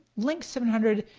links seven hundred,